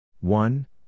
One